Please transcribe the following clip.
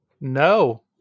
no